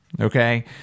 okay